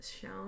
shown